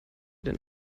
den